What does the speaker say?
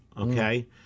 okay